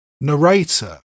narrator